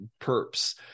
perps